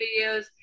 videos